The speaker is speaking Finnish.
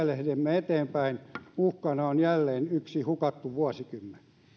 eteenpäin uhkana on jälleen yksi hukattu vuosikymmen